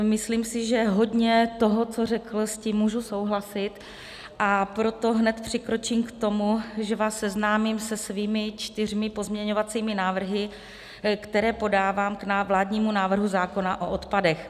Myslím si, že hodně toho, co řekl, s tím můžu souhlasit, a proto hned přikročím k tomu, že vás seznámím se svými čtyřmi pozměňovacími návrhy, které podávám k vládnímu návrhu zákona o odpadech.